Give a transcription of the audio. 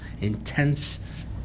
intense